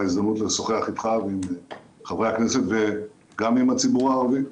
ההזדמנות לשוחח אתך ועם חברי הכנסת וגם עם הציבור הערבי.